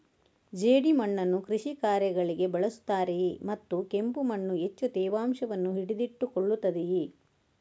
ಜೇಡಿಮಣ್ಣನ್ನು ಕೃಷಿ ಕಾರ್ಯಗಳಿಗೆ ಬಳಸುತ್ತಾರೆಯೇ ಮತ್ತು ಕೆಂಪು ಮಣ್ಣು ಹೆಚ್ಚು ತೇವಾಂಶವನ್ನು ಹಿಡಿದಿಟ್ಟುಕೊಳ್ಳುತ್ತದೆಯೇ?